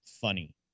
funny